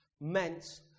meant